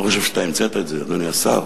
חושב שאתה המצאת את זה, אדוני השר,